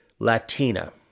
Latina